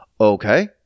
Okay